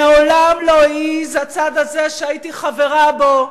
מעולם לא העז הצד הזה, שהייתי חברה בו,